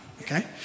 okay